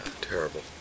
terrible